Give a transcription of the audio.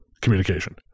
communication